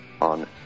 on